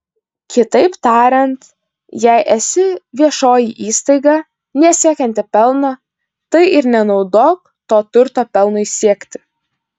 kitaip tariant jei esi viešoji įstaiga nesiekianti pelno tai ir nenaudok to turto pelnui siekti